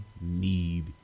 need